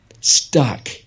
stuck